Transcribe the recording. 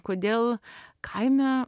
kodėl kaime